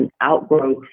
outgrowth